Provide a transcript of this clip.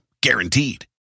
Guaranteed